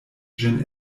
ĝin